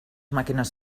màquines